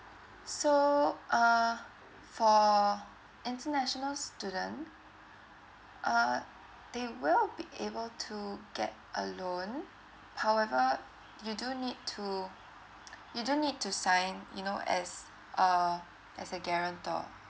so uh for international student uh they will be able to get a loan however you do need to you do need to sign you know as uh as a guarantor